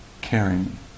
caring